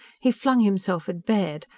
he flung himself at baird,